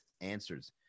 answers